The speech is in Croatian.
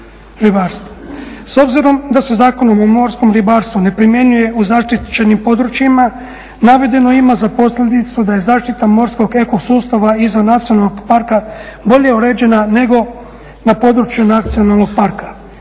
S obzirom da se Zakonom o morskom ribarstvu ne primjenjuje u zaštićenim područjima navedeno ima za posljedicu da je zaštita morskog ekosustava izvan nacionalnog parka bolje uređena nego na području nacionalnog parka.